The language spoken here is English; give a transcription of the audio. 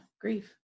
grief